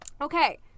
okay